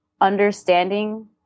understanding